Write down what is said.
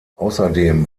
außerdem